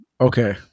Okay